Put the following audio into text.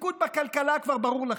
התפקוד בכלכלה כבר ברור לכם: